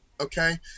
Okay